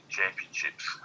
Championships